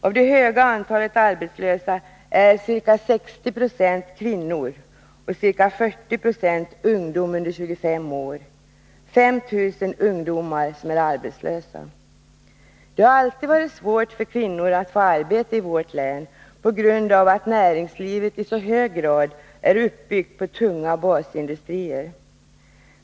Av det höga antalet arbetslösa är ca 60 20 kvinnor och ca 40 96 ungdom under 25 år — 5 000 ungdomar är arbetslösa. Det har alltid varit svårt för kvinnor att få arbete i Gävleborgs län på grund av att näringslivet i så hög grad är uppbyggt på tunga basindustrier.